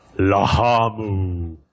Lahamu